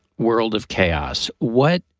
world of chaos. what?